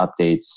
updates